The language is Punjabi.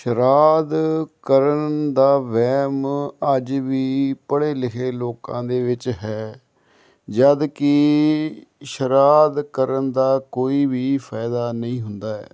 ਸ਼ਰਾਦ ਕਰਨ ਦਾ ਵਹਿਮ ਅੱਜ ਵੀ ਪੜ੍ਹੇ ਲਿਖੇ ਲੋਕਾਂ ਦੇ ਵਿੱਚ ਹੈ ਜਦ ਕਿ ਸ਼ਰਾਧ ਕਰਨ ਦਾ ਕੋਈ ਵੀ ਫਾਇਦਾ ਨਹੀਂ ਹੁੰਦਾ